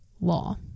law